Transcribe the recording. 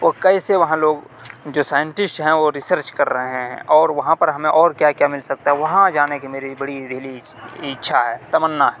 تو کیسے وہاں لوگ جو سائنٹسٹ ہیں وہ ریسرچ کر رہے ہیں اور وہاں پر ہمیں اور کیا کیا مل سکتا ہے وہاں جانے کی میری بڑی دلی اِچھا ہے تمنا ہے